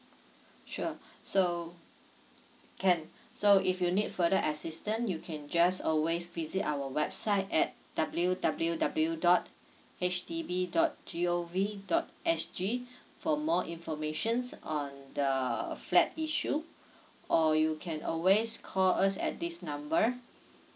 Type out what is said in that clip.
sure so can so if you need further assistance you can just always visit our website at w w w dot H D B dot g o v dot s g for more informations on the flat issue or you can always call us at this number